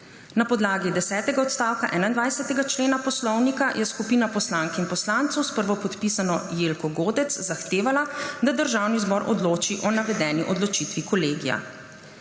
Na podlagi desetega odstavka 21. člena Poslovnika je skupina poslank in poslancev s prvopodpisano Jelko Godec zahtevala, da Državni zbor odloči o navedeni odločitvi kolegija.